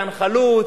דן חלוץ,